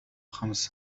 خمس